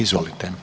Izvolite.